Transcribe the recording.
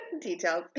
Details